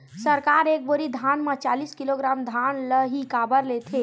सरकार एक बोरी धान म चालीस किलोग्राम धान ल ही काबर लेथे?